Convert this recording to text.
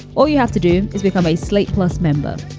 all you have to do is become a slate plus member.